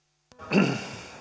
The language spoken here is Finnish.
arvoisa